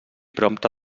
prompte